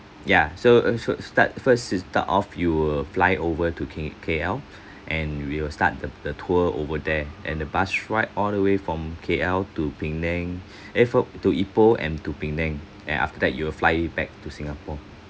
ya so so start first it start off you will fly over to K K_L and we will start the the tour over there and the bus ride all the way from K_L to penang eh for to ipoh and to penang and after that you will fly back to singapore